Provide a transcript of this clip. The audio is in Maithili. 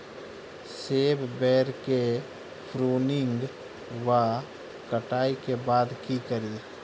सेब बेर केँ प्रूनिंग वा कटाई केँ बाद की करि?